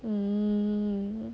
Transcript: um